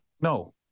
no